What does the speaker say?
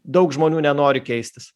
daug žmonių nenori keistis